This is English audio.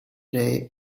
day